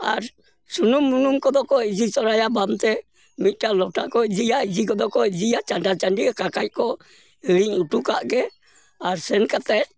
ᱟᱨ ᱥᱩᱱᱩᱢ ᱢᱩᱱᱩᱢ ᱠᱚᱫᱚ ᱠᱚ ᱤᱫᱤ ᱛᱚᱨᱟᱭᱟ ᱵᱟᱱᱛᱮ ᱢᱤᱫᱴᱟᱝ ᱞᱚᱴᱟ ᱠᱚ ᱤᱫᱤᱭᱟ ᱤᱫᱤ ᱠᱚᱫᱚ ᱠᱚ ᱤᱫᱤᱭᱟ ᱪᱟᱱᱰᱟ ᱪᱟᱱᱰᱤ ᱟᱠᱟ ᱠᱟᱡ ᱠᱚ ᱦᱤᱲᱤᱧ ᱚᱴᱚ ᱠᱟᱜ ᱜᱮ ᱟᱨ ᱥᱮᱱ ᱠᱟᱛᱮ